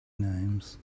names